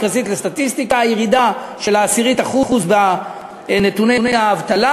הירידה של עשירית אחוז בנתוני האבטלה